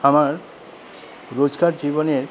আমার রোজকার জীবনের